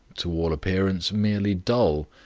to all appearance, merely dull.